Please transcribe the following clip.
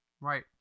right